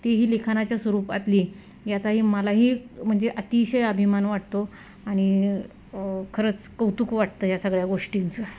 तीही लिखाणाच्या स्वरूपातली याचाही मलाही म्हणजे अतिशय अभिमान वाटतो आणि खरंच कौतुक वाटतं या सगळ्या गोष्टींचं